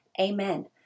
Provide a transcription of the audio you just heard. Amen